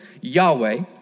Yahweh